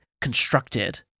constructed